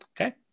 Okay